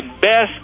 best